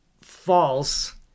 false